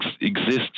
exists